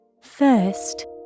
First